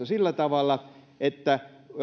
sillä tavalla että